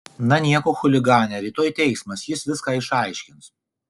na nieko chuligane rytoj teismas jis viską išaiškins